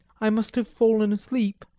i must have fallen asleep,